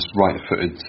right-footed